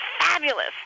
fabulous